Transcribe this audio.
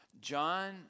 John